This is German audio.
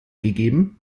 gegeben